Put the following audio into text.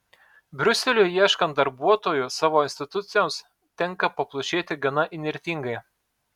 briuseliui ieškant darbuotojų savo institucijoms tenka paplušėti gana įnirtingai